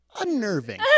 unnerving